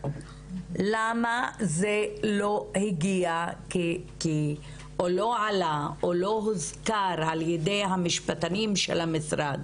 למה זה לא הגיע או לא עלה או לא הוזכר על ידי המשפטנים של המשרד,